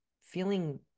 feeling